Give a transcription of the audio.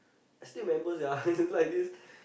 I still remember sia it's like this